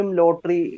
lottery